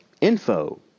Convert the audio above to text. info